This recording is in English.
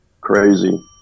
Crazy